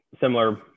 similar